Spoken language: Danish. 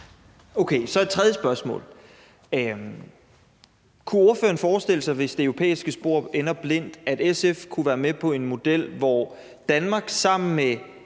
Okay. Et tredje spørgsmål er så: Kunne ordføreren forestille sig, hvis det europæiske spor ender blindt, at SF kunne være med på en model, hvor Danmark sammen med